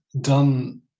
done